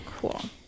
Cool